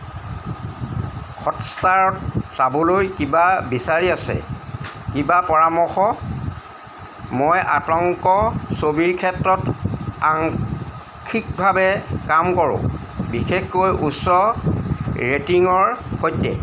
হটষ্টাৰত চাবলৈ কিবা বিচাৰি আছে কিবা পৰামৰ্শ মই আতংক ছবিৰ ক্ষেত্ৰত আংশিকভাৱে কাম কৰোঁ বিশেষকৈ উচ্চ ৰেটিঙৰ সৈতে